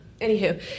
Anywho